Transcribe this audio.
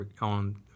on